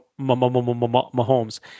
Mahomes